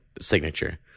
signature